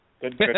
Good